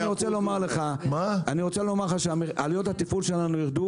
אני רוצה לומר לך שעלויות התפעול שלנו יירדו